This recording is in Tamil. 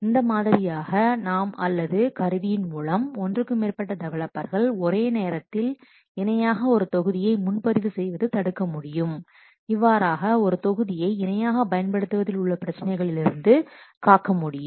இந்த மாதிரியாக நாம் அல்லது கருவியின் மூலம் ஒன்றுக்கு மேற்பட்ட டெவலப்பர்கள் ஒரே நேரத்தில் இணையாக ஒரு தொகுதியை முன்பதிவு செய்வது தடுக்க முடியும் இவ்வாறாக ஒரே தொகுதியை இணையாக பயன்படுத்துவதில் உள்ள பிரச்சனைகளிலிருந்து காக்க முடியும்